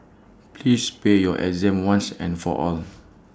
please pair your exam once and for all